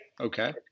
Okay